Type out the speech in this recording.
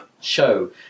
show